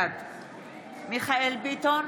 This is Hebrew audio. בעד מיכאל מרדכי ביטון,